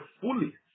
fully